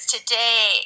Today